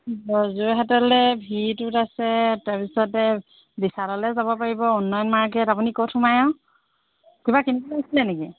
যোৰহাতলৈ ভিৰটোত আছে তাৰপিছতে বিশাললৈ যাব পাৰিব উন্নয়ন মাৰ্কেট আপুনি ক'ত সোমায় আৰু কিবা কিনিব লাগছিলে নেকি